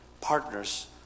partners